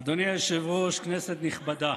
אדוני היושב-ראש, כנסת נכבדה,